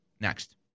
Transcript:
next